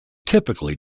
typically